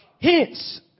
Hence